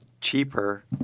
cheaper